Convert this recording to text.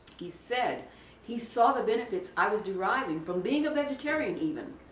he said he saw the benefits i was deriving from being a vegetarian even.